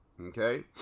okay